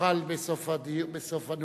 יוכל בסוף הנאומים.